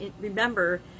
remember